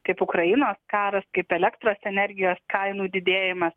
kaip ukrainos karas kaip elektros energijos kainų didėjimas